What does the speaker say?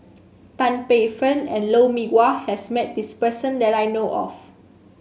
Tan Paey Fern and Lou Mee Wah has met this person that I know of